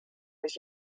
was